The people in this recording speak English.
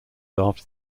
after